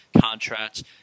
contracts